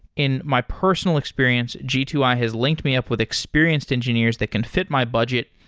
in my personal experience, g two i has linked me up with experienced engineers that can fit my budget,